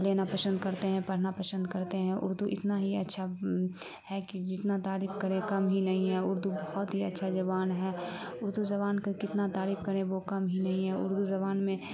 لینا پسند کرتے ہیں پرھنا پسند کرتے ہیں اردو اتنا ہی اچھا ہے کہ جتنا تعریف کریں کم ہی نہیں ہے اردو بہت ہی اچھا زبان ہے اردو زبان کا کتنا تعریف کریں وہ کم ہی نہیں ہے اردو زبان میں